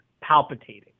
palpitating